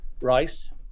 rice